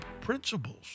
principles